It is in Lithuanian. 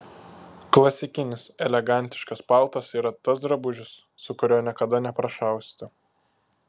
klasikinis elegantiškas paltas yra tas drabužis su kuriuo niekada neprašausite